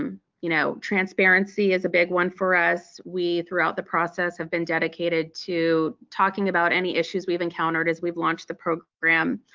um you know transparency is a big one for us. we throughout the process have been dedicated to talking about any issues we've encountered as we've launched the program.